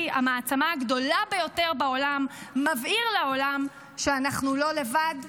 המעצמה הגדולה ביותר בעולם מבהיר לעולם שאנחנו לא לבד?